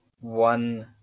one